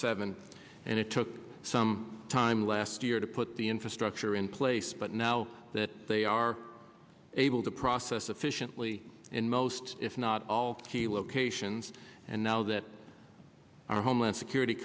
seven and it took some time last year to put the infrastructure in place but now that they are able to process efficiently in most if not all key locations and now that our homeland security